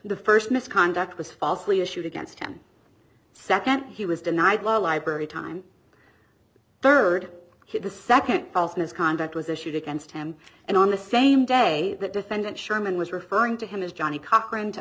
the first misconduct was falsely issued against him second he was denied law library time third kid the second false misconduct was issued against him and on the same day that defendant sherman was referring to him as johnny cochran to